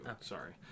Sorry